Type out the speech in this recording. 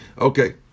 okay